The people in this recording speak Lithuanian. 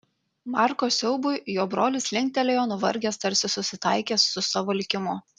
marko siaubui jo brolis linktelėjo nuvargęs tarsi susitaikęs su savo likimu